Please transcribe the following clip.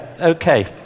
Okay